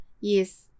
Yes